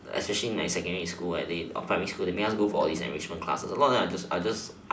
especially in secondary schools where they or primary school they make go for all these enrichment classes a lot of them are just are just